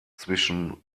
zwischen